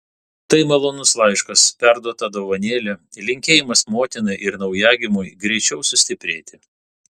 tai malonus laiškas perduota dovanėlė linkėjimas motinai ir naujagimiui greičiau sustiprėti